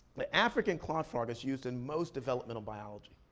the african clawed frog is used in most developmental biology.